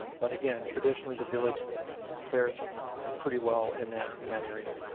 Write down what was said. but again, traditionally the village fairs pretty well in that in that area.